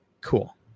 cool